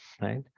right